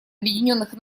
объединенных